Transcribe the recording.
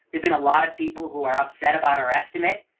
been been a lot of people who are upset about our estimate,